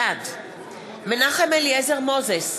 בעד מנחם אליעזר מוזס,